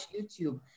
YouTube